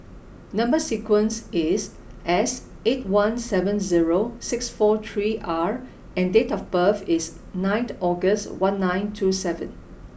number sequence is S eight one seven zero six four three R and date of birth is ninth August one nine two seven